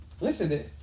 listen